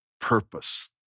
purpose